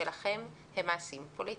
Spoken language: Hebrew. שלכם הם מעשים פוליטיים.